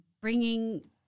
bringing